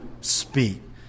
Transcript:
speak